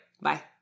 Bye